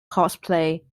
cosplay